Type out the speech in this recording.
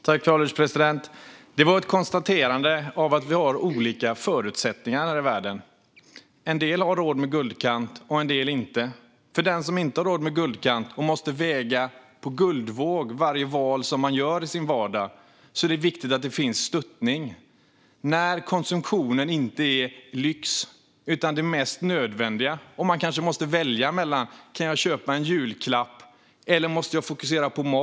Fru ålderspresident! Det var ett konstaterande av att vi har olika förutsättningar här i världen. En del har råd med guldkant, andra har det inte. För den som inte har råd med guldkant och som måste väga varje val som den gör i sin vardag på guldvåg är det viktigt att det finns stöttning. Det handlar om när konsumtionen inte är lyx utan det mest nödvändiga och man kanske måste välja om man kan köpa en julklapp eller om man måste fokusera på mat.